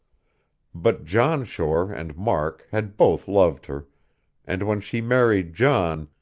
but john shore and mark had both loved her and when she married john,